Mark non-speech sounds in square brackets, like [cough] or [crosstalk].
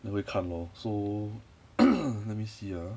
then 会看 lor so [noise] let me see ah